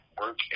work